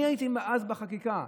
אני הייתי אז בחקיקה.